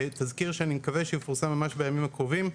תזכיר שאני מקווה שיפורסם ממש בימים הקרובים.